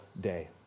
day